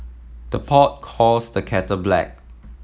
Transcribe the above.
the pot calls the kettle black